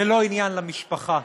זה לא עניין למשפחה,